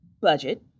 budget